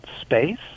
space